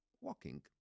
walking